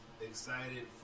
excited